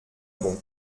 bond